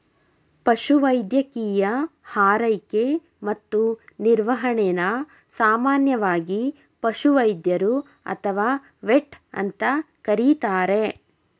ಪಶುವೈದ್ಯಕೀಯ ಆರೈಕೆ ಮತ್ತು ನಿರ್ವಹಣೆನ ಸಾಮಾನ್ಯವಾಗಿ ಪಶುವೈದ್ಯರು ಅಥವಾ ವೆಟ್ ಅಂತ ಕರೀತಾರೆ